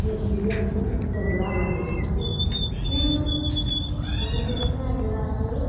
ओह् इंडिया गी अग्गें बढ़ा दे ठीक ऐ ओह् गल्ल करचै अगर अस